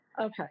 Okay